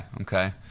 okay